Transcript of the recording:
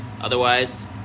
Otherwise